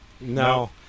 No